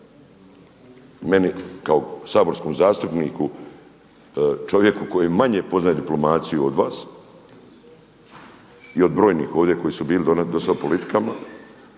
Meni kao saborskom zastupniku, čovjeku koji manje poznaje diplomaciju od vas i od brojnih ovdje koji su bili do sad u politikama.